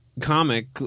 comic